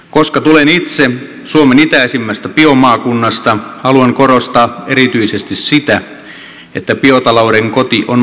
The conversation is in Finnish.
koska tulen itse suomen itäisimmästä biomaakunnasta haluan korostaa erityisesti sitä että biotalouden koti on maakunnissa